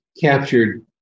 captured